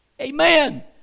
Amen